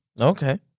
Okay